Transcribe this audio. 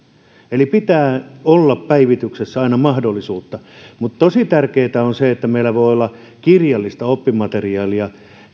pitää olla päivityksessä aina mahdollisuutta mutta tosi tärkeätä on se että meillä voi olla kirjallista oppimateriaalia